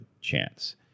chance